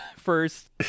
first